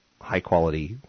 high-quality